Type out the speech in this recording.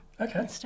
Okay